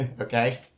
okay